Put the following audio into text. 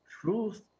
truth